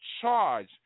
charge